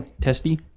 Testy